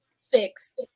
Six